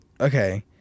Okay